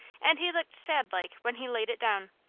and he looked sad-like when he laid it down.